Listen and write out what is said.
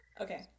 Okay